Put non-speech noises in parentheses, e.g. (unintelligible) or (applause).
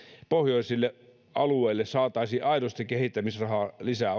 pohjoisille alueille saataisiin aidosti kehittämisrahaa lisää (unintelligible)